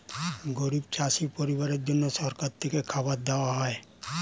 গরিব চাষি পরিবারের জন্য সরকার থেকে খাবার দেওয়া